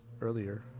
earlier